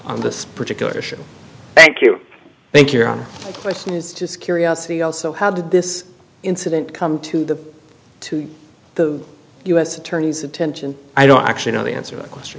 on this particular issue thank you thank your own question is just curiosity also how did this incident come to the to the u s attorney's attention i don't actually know the answer the question